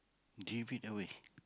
drift it away